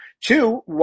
Two